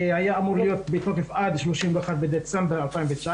הצו היה אמור להיות בתוקף עד 31 בדצמבר 2019,